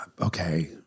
okay